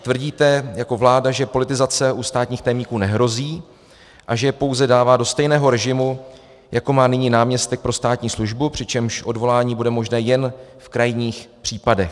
Tvrdíte jako vláda, že politizace u státních tajemníků nehrozí a že je pouze dává do stejného režimu, jako má nyní náměstek pro státní službu, přičemž odvolání bude možné jen v krajních případech.